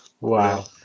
wow